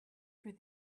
for